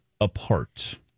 apart